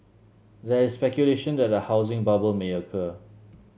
there is speculation that a housing bubble may occur